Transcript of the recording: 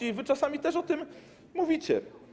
I wy czasami też o tym mówicie.